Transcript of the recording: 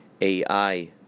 AI